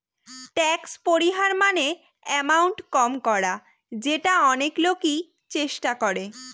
tax পরিহার মানে করা এমাউন্ট কম করা যেটা অনেক লোকই চেষ্টা করে